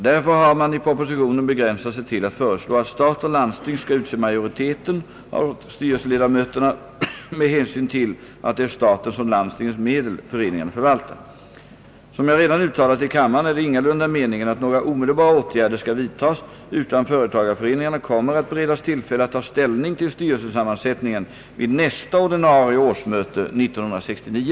Därför har man i propositionen begränsat sig till att föreslå att stat och landsting skall utse majoriteten av styrelseledamöterna med hänsyn till att det är statens och landstingens medel föreningarna förvaltar. Som jag redan uttalat i kammaren är det ingalunda meningen att några omedelbara åtgärder skall vidtas, utan företagareföreningarna kommer att beredas tillfälle att ta ställning till styrelsesammansättningen vid nästa ordinarie årsmöte 1969.